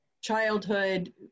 childhood